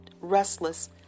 restless